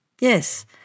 Yes